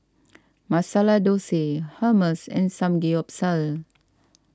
Masala Dosa Hummus and Samgeyopsal